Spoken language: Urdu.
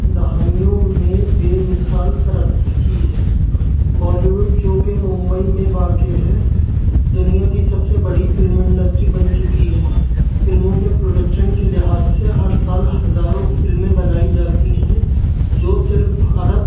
دہائیوں میں بے مثال ترقی کی ہے بالی ووڈ جو کہ ممبئی میں واقع ہے دنیا کی سب سے بڑی فلم انڈسٹری بن چکی ہے فلموں کے پروڈکشن کے لحاظ سے ہر سال ہزاروں فلمیں بنائی جاتی ہیں جو صرف بھارت